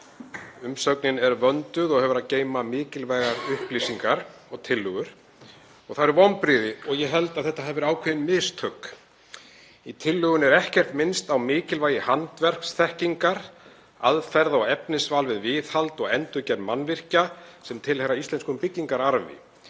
Umsögnin er vönduð og hefur að geyma mikilvægar upplýsingar og tillögur. Það eru vonbrigði og ég held að þetta hafi verið ákveðin mistök. Í tillögunni er ekkert minnst á mikilvægi handverksþekkingar, aðferða og efnisvals við viðhald og endurgerð mannvirkja sem tilheyra íslenskum byggingararfi